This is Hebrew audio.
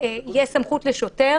יש סמכות לשוטר.